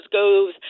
goes